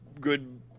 good